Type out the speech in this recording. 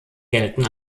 gelten